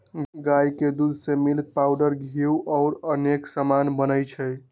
गाई के दूध से मिल्क पाउडर घीउ औरो अनेक समान बनै छइ